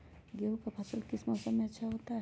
गेंहू का फसल किस मौसम में अच्छा होता है?